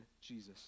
Jesus